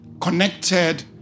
connected